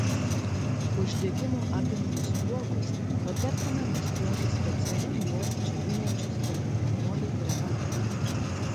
uždegimo apimtus spuogus patartina maskuoti specialiu juos džiovinančiu spalvinamuoju preparatu